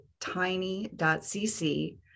tiny.cc